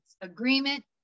Agreement